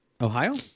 Ohio